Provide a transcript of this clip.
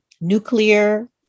nuclear